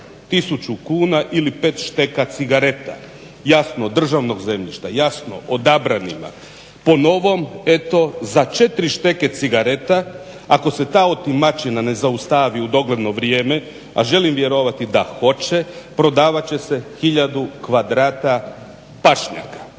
tisuću kuna ili 5 šteka cigareta, jasno državnog zemljišta, jasno odabranima. Po novom eto za 4 šteke cigareta ako se ta otimačina ne zaustavi u dogledno vrijeme, a želim vjerovati da hoće prodavat će se hiljadu kvadrata pašnjaka.